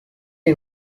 این